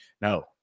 No